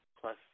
plus